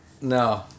No